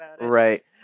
Right